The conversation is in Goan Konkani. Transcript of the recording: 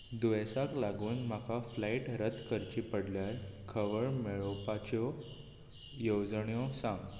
दुयेंसाक लागून म्हाका फ्लायट रद्द करची पडल्यार कव्हर मेळोवपाच्यो येवजण्यो सांग